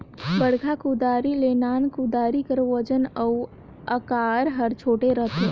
बड़खा कुदारी ले नान कुदारी कर ओजन अउ अकार हर छोटे रहथे